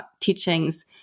teachings